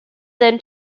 then